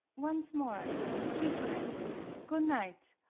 once more different goon night,